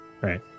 Right